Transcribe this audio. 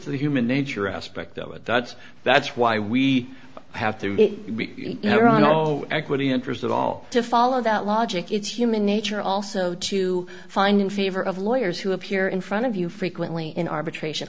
for the human nature aspect of it that's that's why we have to be there are no equity interest at all to follow that logic it's human nature also to find in favor of lawyers who appear in front of you frequently in arbitration